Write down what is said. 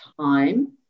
time